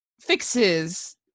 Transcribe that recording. fixes